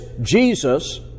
Jesus